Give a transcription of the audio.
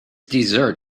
dessert